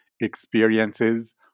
experiences